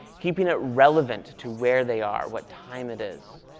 keeping it relevant to where they are, what time it is.